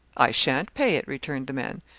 i shan't pay it, returned the man.